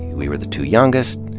we were the two youngest,